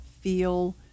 feel